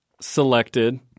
selected